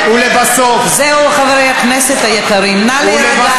זהו, חברי הכנסת היקרים, נא להירגע.